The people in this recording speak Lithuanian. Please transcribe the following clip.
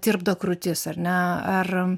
tirpdo krūtis ar ne ar